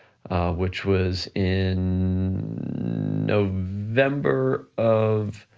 which was in november of